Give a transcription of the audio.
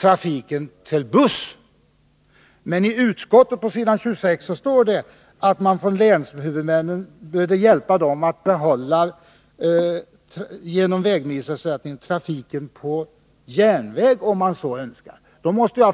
trafiken till buss, men i utskottsbetänkandet står det på s. 26 att vägmilsersättningen syftar till att hjälpa länshuvudmännen att bibehålla trafiken på järnväg om man så önskar.